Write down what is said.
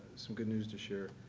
some good news to share.